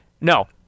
No